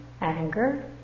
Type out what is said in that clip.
anger